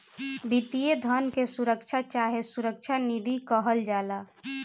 वित्तीय धन के सुरक्षा चाहे सुरक्षा निधि कहल जाला